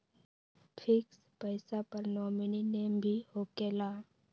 Fix पईसा पर nominee name भी होकेला?